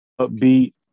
upbeat